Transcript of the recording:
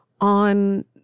on